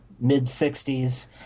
mid-60s